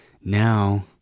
Now